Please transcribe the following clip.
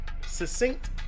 succinct